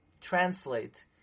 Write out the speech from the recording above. translate